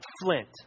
Flint